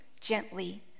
gently